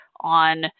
on